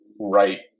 right